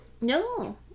No